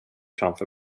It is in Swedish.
framför